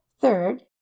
Third